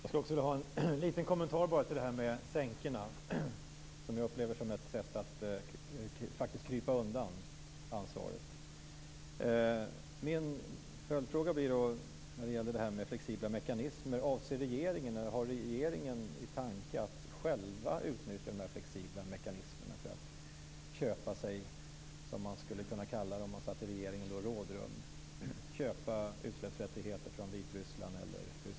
Fru talman! Jag skulle också vilja ha en liten kommentar till frågan om sänkor, som jag upplever som ett sätt att faktiskt krypa undan ansvaret. Min följdfråga när det gäller flexibla mekanismer blir följande. Avser regeringen att själv utnyttja de flexibla mekanismerna för att köpa sig rådrum, som man skulle kunna kalla det om man satt i regeringen? Skulle man kunna köpa utsläppsrättigheter från Vitryssland eller Ryssland?